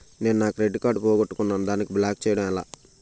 నేను నా credit card పోగొట్టుకున్నాను దానిని బ్లాక్ చేయడం ఎలా?